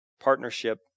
partnership